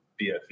BFE